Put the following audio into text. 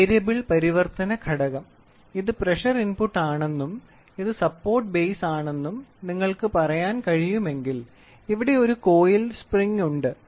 variable പരിവർത്തന ഘടകം ഇത് പ്രഷർ ഇൻപുട്ടാണെന്നും ഇത് സപ്പോർട്ട് ബേസാണെന്നും നിങ്ങൾക്ക് പറയാൻ കഴിയുമെങ്കിൽ ഇവിടെ ഒരു കോയിൽഡ് സ്പ്രിംഗ് ഉണ്ട്